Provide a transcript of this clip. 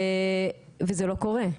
וזה לא קורה.